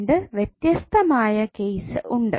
രണ്ടു വ്യത്യസ്തമായ കേസ്സ് ഉണ്ട്